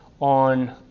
on